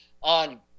on